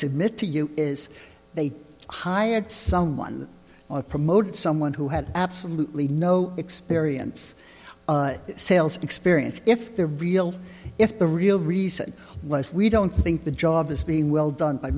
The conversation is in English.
submit to you is they hired someone or promoted someone who had absolutely no experience sales experience if they're real if the real reason was we don't think the job is being well done